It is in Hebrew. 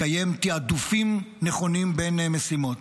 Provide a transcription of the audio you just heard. לקיים תיעדופים נכונים בין משימות.